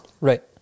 Right